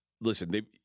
listen